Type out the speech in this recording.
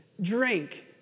drink